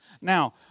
Now